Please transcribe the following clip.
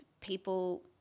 people